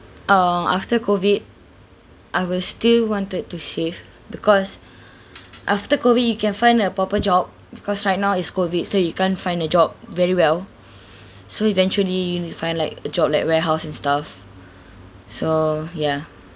err after COVID I will still wanted to save because after COVID you can find a proper job because right now is COVID so you can't find a job very well so eventually you only find like a job like warehouse and stuff so ya